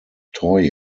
toy